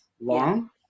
long